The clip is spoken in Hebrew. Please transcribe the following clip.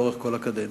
לאורך כל הקדנציה.